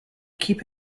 keep